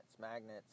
Magnets